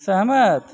सहमत